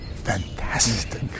fantastic